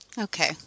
Okay